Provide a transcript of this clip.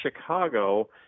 Chicago